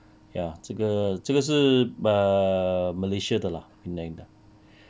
ya 这个这个是 err malaysia 的 lah penang